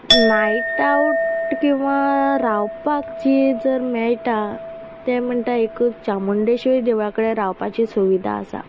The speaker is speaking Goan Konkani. नायट आवट किंवां रावपाक जी जर मेळटा तें म्हणटा एक चामुंडेश्वरी देवळा कडेन रावपाची सुविधा आसा